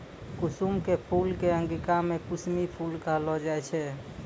कुसुम के फूल कॅ अंगिका मॅ कुसमी फूल कहलो जाय छै